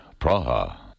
Praha